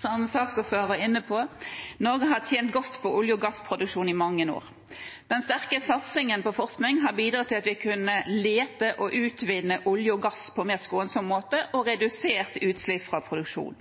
Som saksordføreren var inne på: Norge har tjent godt på olje- og gassproduksjon i mange år. Den sterke satsingen på forskning har bidratt til at vi har kunnet lete etter og utvinne olje og gass på en mer skånsom måte og redusere utslipp fra produksjonen.